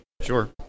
Sure